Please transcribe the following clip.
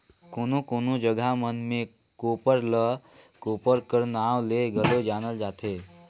कोनो कोनो जगहा मन मे कोप्पर ल कोपर कर नाव ले घलो जानल जाथे